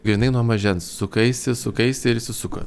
grynai nuo mažens sukaisi sukaisi ir įsisuko